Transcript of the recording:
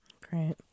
Great